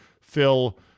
Phil